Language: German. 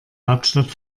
hauptstadt